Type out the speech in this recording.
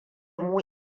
mu